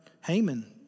Haman